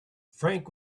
frank